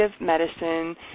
Medicine